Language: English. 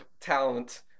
talent